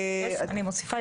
אני מוסיפה,